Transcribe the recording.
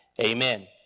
Amen